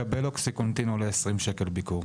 רק שתדעו שלקבל אוקסיקונטין עולה כ-20 ₪ ביקור.